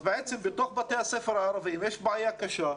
בעצם בתוך בתי הספר הערביים יש בעיה קשה.